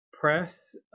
Press